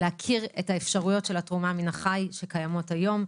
להכיר את האפשרויות של התרומה מן החי שקיימות היום,